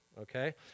okay